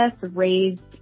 raised